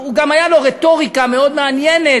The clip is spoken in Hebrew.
גם הייתה לו רטוריקה מאוד מעניינת.